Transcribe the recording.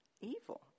evil